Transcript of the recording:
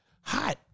hot